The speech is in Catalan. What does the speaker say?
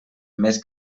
més